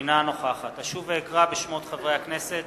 אינה נוכחת אשוב ואקרא בשמות חברי הכנסת